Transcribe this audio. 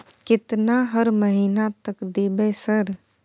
केतना हर महीना तक देबय सर?